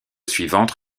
suivante